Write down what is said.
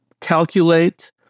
calculate